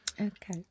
Okay